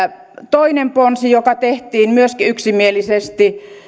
toinen ponsi joka myöskin tehtiin yksimielisesti liittyi